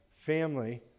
family